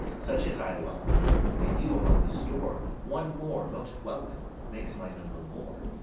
such as i love and you among the store, one more, most welcome, makes my number more.